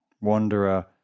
wanderer